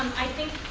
i think